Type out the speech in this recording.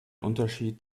unterschied